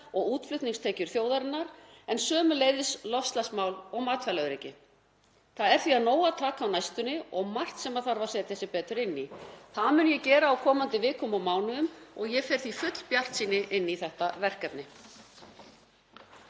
og útflutningstekjur þjóðarinnar en sömuleiðis loftslagsmál og matvælaöryggi. Það er því af nógu að taka á næstunni og margt sem þarf að setja sig betur inn í. Það mun ég gera á komandi vikum og mánuðum og ég fer því full bjartsýni inn í þetta verkefni.